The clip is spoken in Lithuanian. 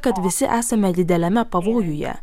kad visi esame dideliame pavojuje